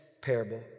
Parable